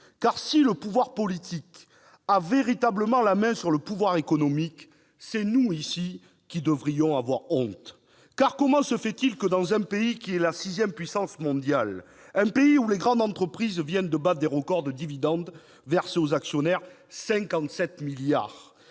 Si le pouvoir politique a véritablement la main sur le pouvoir économique, c'est nous, ici même, qui devrions avoir honte. Comment se fait-il que, dans un pays qui est la sixième puissance mondiale, dans un pays où les grandes entreprises viennent de battre des records de versement de dividendes aux actionnaires- 57 milliards